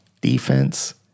defense